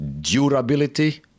durability